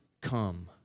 come